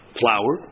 flour